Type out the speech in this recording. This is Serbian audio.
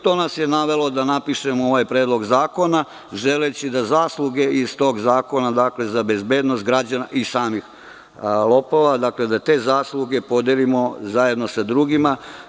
To nas je navelo da napišemo ovaj predlog zakona, želeći da zasluge iz tog zakona za bezbednost građana i samih lopova podelimo zajedno sa drugima.